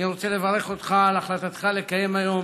אני רוצה לברך אותך על החלטתך לקיים היום